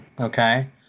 Okay